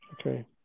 Okay